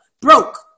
broke